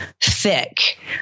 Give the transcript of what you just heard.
thick